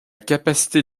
capacité